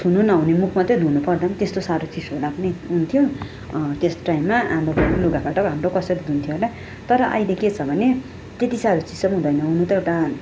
छुनु नहुने मुख मात्रै धुनु पर्दा पनि त्यस्तो सारो चिसो लाग्ने हुन्थ्यो त्यस टाइममा आमा बाबाले लुगा फाटा हाम्रो कसरी धुन्थ्यो होला तर अहिले के छ भने त्यति सारो चिसो पनि हुदैँन हुनु त एउटा